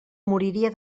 moriria